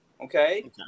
Okay